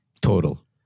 Total